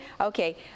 okay